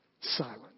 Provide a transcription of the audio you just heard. silent